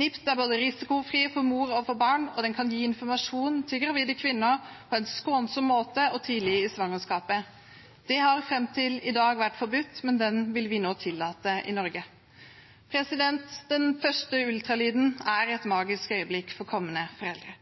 NIPT er risikofri både for mor og for barn, og den kan gi informasjon til gravide kvinner på en skånsom måte og tidlig i svangerskapet. Denne har fram til i dag vært forbudt, men den vil vi nå tillate i Norge. Den første ultralyden er et magisk øyeblikk for kommende foreldre